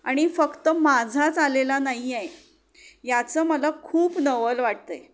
आणि फक्त माझाच आलेला नाही आहे याचं मला खूप नवल वाटतं आहे